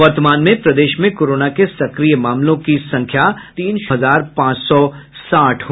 वर्तमान में प्रदेश में कोरोना के सक्रिय मामलों की संख्या तीन हजार पांच सौ साठ है